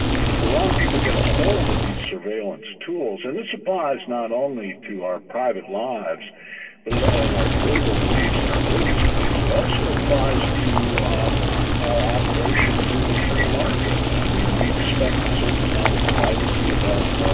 but if the wrong people get a hold of these surveillance tools, and this applies not only to our private lives but ah and our political beliefs and our religious beliefs, it also applies to our operations in the free market. i mean we expect a certain amount of privacy about